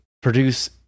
produce